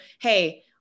Hey